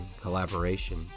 collaboration